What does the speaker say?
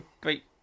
great